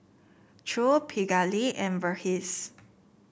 Choor Pingali and Verghese